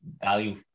value